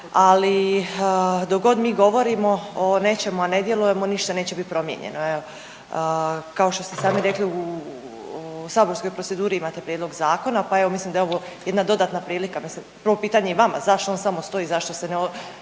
ali dok god mi govorimo o nečemu, a ne djelujemo, ništa neće biti promijenjeno. Kao što ste i sami rekli, u saborskoj proceduri imate prijedlog zakona, pa evo, mislim da je ovo jedna dodatna prilika da se prvo pitanje, i vama, zašto on samo stoji, zašto se ne